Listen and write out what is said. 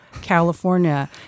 California